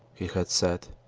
he had said.